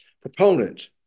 proponent